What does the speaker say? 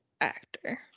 actor